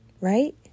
right